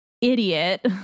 idiot